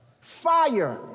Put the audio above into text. Fire